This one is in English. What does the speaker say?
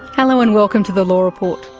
hello and welcome to the law report.